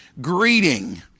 greeting